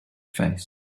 face